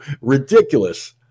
ridiculous